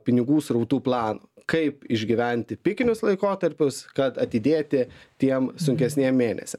pinigų srautų plano kaip išgyventi pikinius laikotarpius kad atidėti tiem sunkesniem mėnesiam